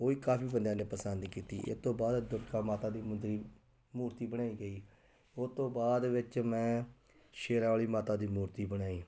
ਉਹ ਵੀ ਕਾਫੀ ਬੰਦਿਆਂ ਨੇ ਪਸੰਦ ਕੀਤੀ ਇਹ ਤੋਂ ਬਾਅਦ ਦੁਰਗਾ ਮਾਤਾ ਦੀ ਮੁੰਦਰੀ ਮੂਰਤੀ ਬਣਾਈ ਗਈ ਉਹ ਤੋਂ ਬਾਅਦ ਵਿੱਚ ਮੈਂ ਸ਼ੇਰਾਂ ਵਾਲੀ ਮਾਤਾ ਦੀ ਮੂਰਤੀ ਬਣਾਈ